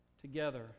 together